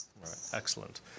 Excellent